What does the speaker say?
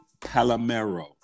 Palomero